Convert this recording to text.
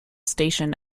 station